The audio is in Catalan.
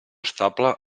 estable